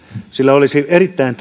olisi erittäin